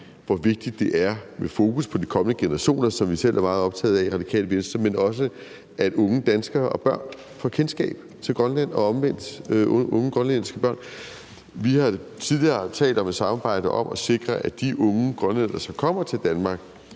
hvor vigtigt det er med et fokus på de kommende generationer, som vi selv er meget optagede af i Radikale Venstre, men også, at danske børn og unge får kendskab til Grønland, og omvendt, at grønlandske børn og unge får kendskab til Danmark. Vi har tidligere talt om et samarbejde om at sikre, at de unge grønlændere, som kommer til Danmark,